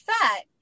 fat